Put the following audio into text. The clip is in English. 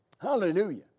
Hallelujah